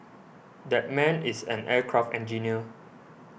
that man is an aircraft engineer